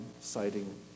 citing